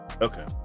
okay